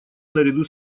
наряду